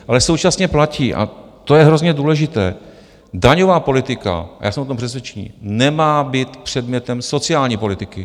Ale současně platí a to je hrozně důležité: daňová politika, já jsem o tom přesvědčený, nemá být předmětem sociální politiky.